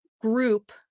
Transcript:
group